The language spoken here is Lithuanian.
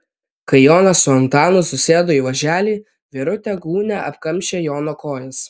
kai jonas su antanu susėdo į važelį verutė gūnia apkamšė jono kojas